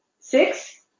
six